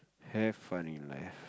have fun in life